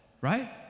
right